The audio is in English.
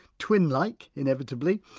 twin like inevitably,